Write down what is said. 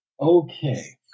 Okay